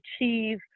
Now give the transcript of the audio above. achieve